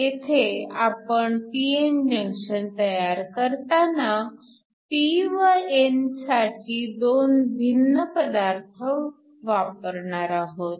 येथे आपण p n junction तयार करताना p व n साठी दोन भिन्न पदार्थ वापरणार आहोत